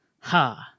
Ha